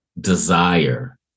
desire